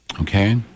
Okay